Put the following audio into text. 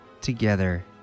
Together